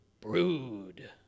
brood